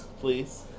Please